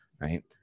right